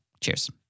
Cheers